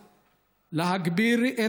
להגביר,